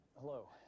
Hello